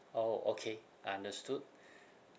orh okay understood